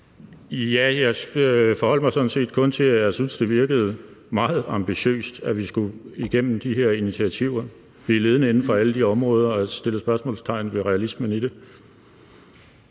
Jeg forholdt mig sådan set kun til, at jeg synes, det virker meget ambitiøst, at vi skal igennem de her initiativer og blive ledende inden for alle de områder, og jeg satte spørgsmålstegn ved realismen i det.